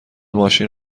ماشین